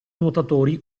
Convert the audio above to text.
nuotatori